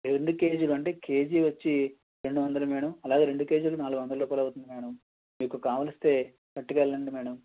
రెండు కేజీలు అలాగే కేజీ వచ్చి రెండు వందలు మేడం అలాగే రెండు కేజీలు నాలుగు వందలు రూపాయలు అవుతుంది మేడం మీకు కావలిస్తే పట్టుకెల్లండి మేడం